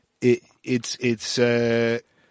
it—it's—it's